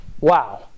Wow